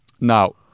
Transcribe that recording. Now